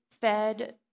fed